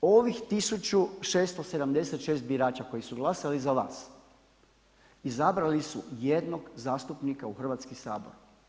Ovih 1676 birača koji su glasali za vas izabrali su jednog zastupnika u Hrvatski sabor.